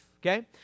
okay